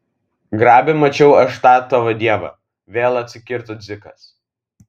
grabe mačiau aš tą tavo dievą vėl atsikirto dzikas